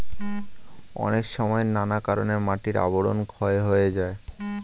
অনেক সময় নানা কারণে মাটির আবরণ ক্ষয় হয়ে যায়